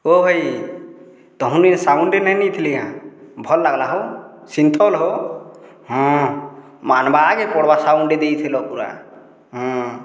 ଓ ଭାଇ ତମର୍ନୁ ଜେନ୍ ସାବୁନ୍ଟେ ନାଇଁ ନେଇଥିଲି କେଁ ଭଲ୍ ଲାଗ୍ଲା ହୋ ସିନ୍ଥଲ୍ ହୋ ହଁ ମାନ୍ବାକେ ପଡ଼୍ବା ସାବୁନ୍ଟେ ଦେଇଥିଲ ପୁରା ହଁ